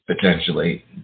potentially